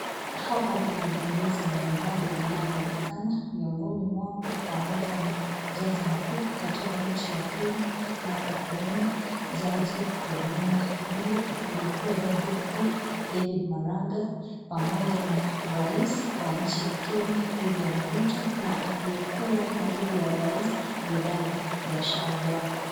Hapa kuna viongozi mbalimbali wanaoonekana, miongoni mwao ni pamoja na jaji mkuu katika nchi ya Kenya, Martha Koome, jaji Filomena Mwilu aliyekuwa jaji mkuu David Maraga, pamoja na rais wa nchi ya Kenya Wiliam Ruto na aliyekuwa naibu wa rais Rigathi Gachagua.